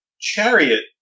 Chariot